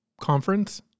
conference